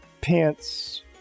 pants